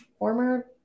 former